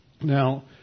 Now